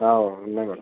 ఉన్నాయి మేడం